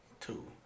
Two